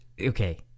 okay